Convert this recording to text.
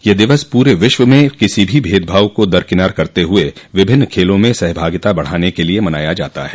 यह दिवस पूरे विश्व में किसी भी भेदभाव को दर किनार करते हुए विभिन्न खेलों में सहभागिता बढ़ाने के लिए मनाया जाता है